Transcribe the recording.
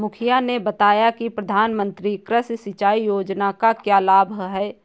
मुखिया ने बताया कि प्रधानमंत्री कृषि सिंचाई योजना का क्या लाभ है?